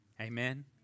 Amen